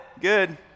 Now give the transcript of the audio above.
good